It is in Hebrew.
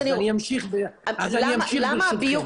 אז אני אמשיך, ברשותכם.